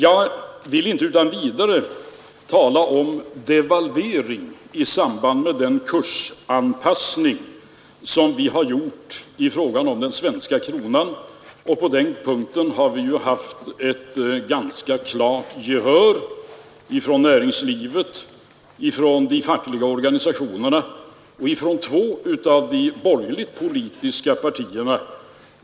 Jag vill inte utan vidare tala om devalvering i samband med den kursanpassning som vi har gjort i fråga om den svenska kronan, och på den punkten har vi fått ett klart gehör från näringslivet, från de fackliga organisationerna och från två av de borgerliga partierna.